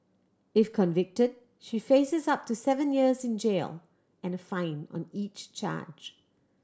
if convicted she faces up to seven years in jail and a fine on each charge